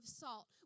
salt